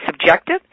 subjective